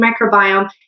microbiome